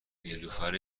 نیلوفر